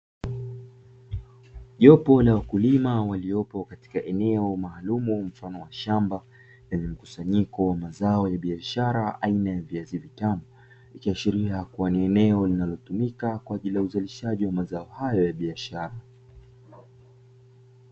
Jopo la wakulima waliopo katika eneo maalum mfano wa shamba, lenye mkusanyiko wa mazao ya biashara aina ya viazi vitamu, ikiashiria kuwa ni eneo linalotumika kwaajili ya uzalishaji wa mazao hayo ya biashara.